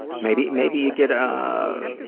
maybe, maybe you get a,